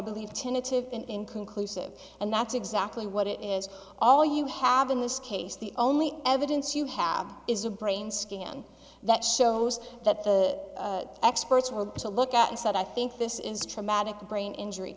tentative inconclusive and that's exactly what it is all you have in this case the only evidence you have is a brain scan that shows that the experts were to look at and said i think this is traumatic brain injury